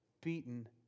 beaten